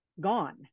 gone